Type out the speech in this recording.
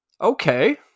Okay